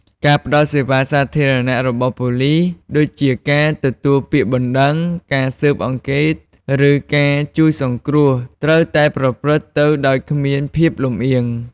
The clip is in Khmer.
ការផ្តល់សេវាសាធារណៈរបស់ប៉ូលិស ដូចជាការទទួលពាក្យបណ្តឹង ការស៊ើបអង្កេត ឬការជួយសង្គ្រោះ ត្រូវតែប្រព្រឹត្តទៅដោយគ្មានភាពលំអៀង។